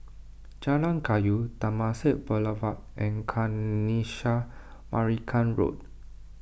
Jalan Kayu Temasek Boulevard and Kanisha Marican Road